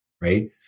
Right